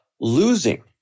losing